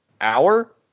hour